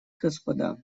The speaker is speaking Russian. господа